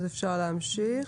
אפשר להמשיך.